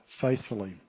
faithfully